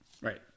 Right